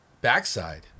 backside